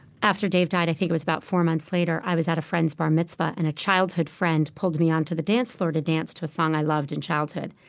after dave died i think it was about four months later i was at a friend's bar mitzvah, and a childhood friend pulled me onto the dance floor to dance to a song i loved in childhood.